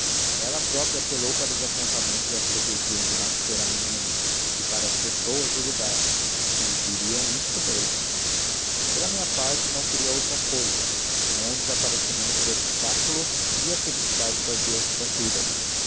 ela própria apelou para os apontamentos da freguesia onde nascera a menina e para as pessoas do lugar que me diriam isto mesmo pela minha parte não queria outra cousa senão o desaparecimento do obstáculo e a felicidade das duas criaturas